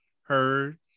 heard